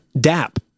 Dap